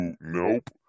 Nope